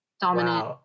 dominant